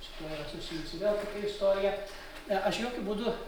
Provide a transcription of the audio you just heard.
su tuo yra susijusi vėl kita istorija ne aš jokiu būdu